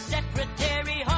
Secretary